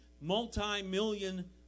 multi-million